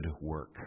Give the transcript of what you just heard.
work